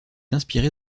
inspirée